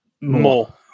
More